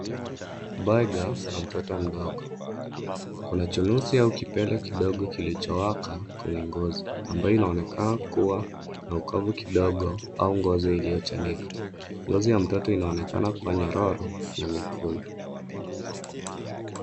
Baiga la mtoto mdogo. Kuna chunusi au kipele kidogo kilichowaka kwenye ngozi ambayo inaonekana kuwa na ukavu kidogo au ngozi iliyochanika. Ngozi ya mtoto inaonekana kuwa nyororo na nyekundu.